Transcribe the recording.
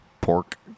Pork